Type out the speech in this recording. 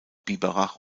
biberach